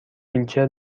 ویلچر